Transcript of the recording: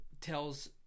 tells